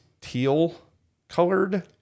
teal-colored